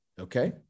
Okay